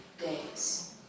days